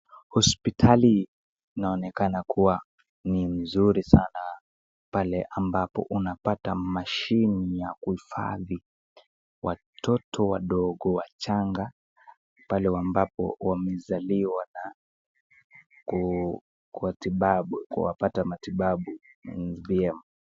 Hospitali inaokenaka kuwa ni mzuri sana, pale ambapo unapata machine ya kuhifadhi ya watoto wadogo wachanga pale ambapo wamezaliwa na kupata matibabu vyema.